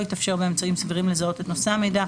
יתאפשר באמצעים סבירים לזהות את נושא המידע,